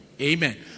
Amen